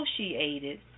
associated